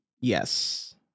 Yes